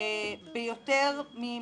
ביותר ממחצית.